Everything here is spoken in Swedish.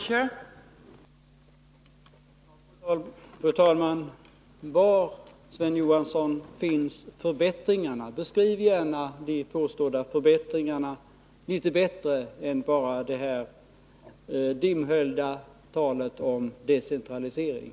Fru talman! Var, Sven Johansson, finns förbättringarna? Beskriv gärna de påstådda förbättringarna litet tydligare än med det dimhöljda talet om decentralisering.